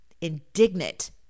indignant